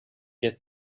get